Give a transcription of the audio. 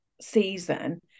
season